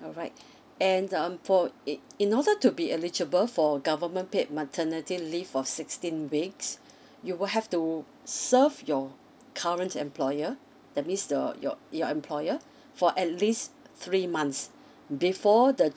alright and um for it in order to be eligible for government paid maternity leave for sixteen weeks you will have to serve your current employer that means your your your employer for at least three months before the